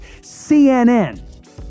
cnn